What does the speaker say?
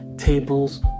tables